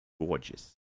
Gorgeous